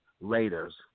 Raiders